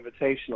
Invitational